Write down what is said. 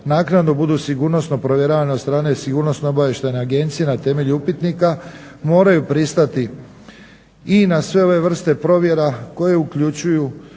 naknadno budu sigurnosno provjeravani od strane sigurnosno-obavještajne agencije na temelju upitnika moraju pristati i na sve ove vrste provjera koje uključuju